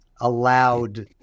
allowed